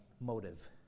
motive